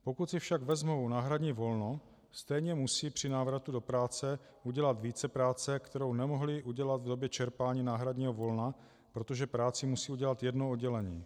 Pokud si však vezmou náhradní volno, stejně musí při návratu do práce udělat vícepráce, které nemohli udělat v době čerpání náhradního volna, protože práci musí udělat jedno oddělení.